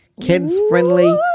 kids-friendly